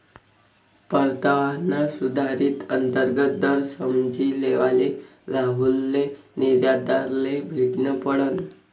परतावाना सुधारित अंतर्गत दर समझी लेवाले राहुलले निर्यातदारले भेटनं पडनं